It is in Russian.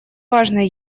важное